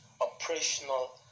operational